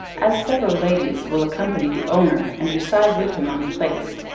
as several ladies will accompany the owner and reside with him on the place,